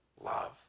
love